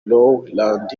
rowland